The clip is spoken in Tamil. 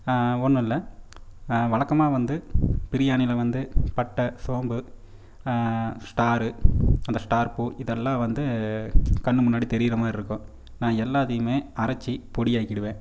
ஒன்றுல்ல வழக்கமாக வந்து பிரியாணியில் வந்து பட்டை சோம்பு ஸ்டாரு அந்த ஸ்டார் பூ இதெல்லாம் வந்து கண் முன்னாடி தெரிகிற மாதிரி இருக்கும் நான் எல்லாத்தையுமே அரைச்சி பொடியாக்கிவிடுவேன்